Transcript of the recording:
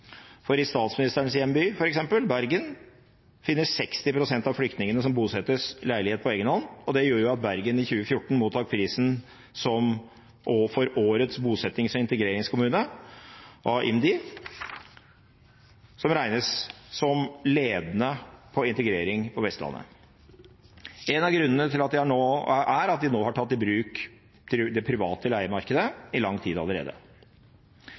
for f.eks. i statsministerens hjemby, Bergen, finner 60 pst. av flyktningene som bosettes, leilighet på egen hånd, og det gjorde at Bergen i 2014 mottok prisen som årets bosettings- og integreringskommune av IMDi. De regnes som ledende på integrering på Vestlandet, og en av grunnene er at de har tatt i bruk det private leiemarkedet i lang tid allerede.